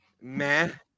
man